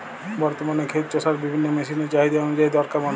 বর্তমানে ক্ষেত চষার বিভিন্ন মেশিন এর চাহিদা অনুযায়ী দর কেমন?